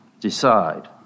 decide